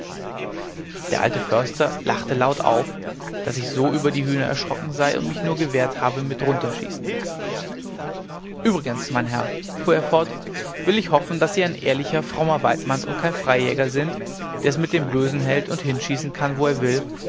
der alte förster lachte laut auf daß ich so über die hühner erschrocken sei und mich nur gewehrt habe mit drunterschießen übrigens mein herr fuhr er fort will ich hoffen daß sie ein ehrlicher frommer weidmann und kein freijäger sind der es mit dem bösen hält und hinschießen kann wo er will